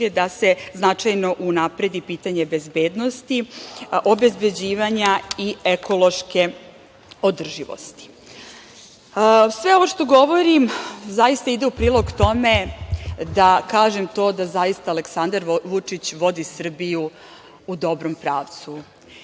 da se značajno unapredi pitanje bezbednosti, obezbeđivanja i ekološke održivosti. Sve ovo što govorim zaista ide u prilog tome da kažem to da zaista Aleksandar Vučić vodi Srbiju u dobrom pravcu,